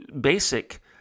basic